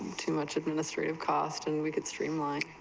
too much administrative costs and we can streamline,